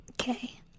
Okay